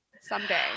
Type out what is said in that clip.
Someday